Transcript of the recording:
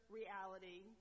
reality